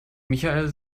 michael